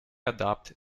adapt